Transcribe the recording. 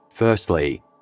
Firstly